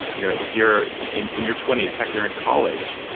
you know if you're in in your twenty s, heck, you're in college,